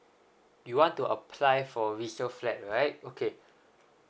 you want to apply for resale flat right okay